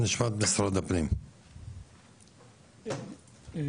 את כל הנושא הזה של הקידום של הטיפול בכל